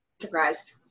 surprised